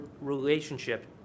relationship